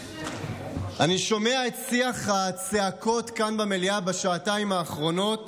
אני שומע את שיח הצעקות כאן במליאה בשעתיים האחרונות